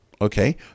Okay